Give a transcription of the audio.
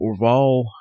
Orval